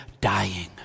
dying